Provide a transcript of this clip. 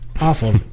awful